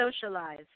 socialize